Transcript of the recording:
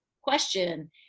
question